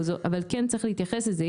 אבל כן צריך להתייחס לזה,